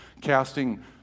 casting